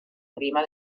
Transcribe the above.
prima